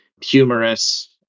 humorous